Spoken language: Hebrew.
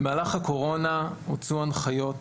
במהלך הקורונה הוצאו הנחיות